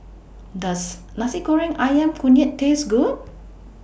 Does Nasi Goreng Ayam Kunyit Taste Good